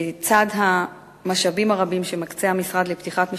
לצד המשאבים הרבים שמקצה המשרד לפתיחת משפחתונים,